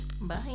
Bye